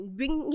bring